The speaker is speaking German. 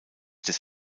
des